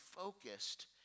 focused